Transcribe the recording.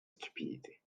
stupidité